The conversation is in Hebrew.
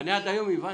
אדוני,